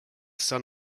son